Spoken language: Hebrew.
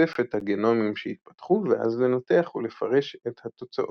לרצף את הגנומים שהתפתחו ואז לנתח ולפרש את התוצאות.